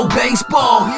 baseball